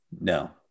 No